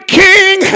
king